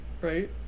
Right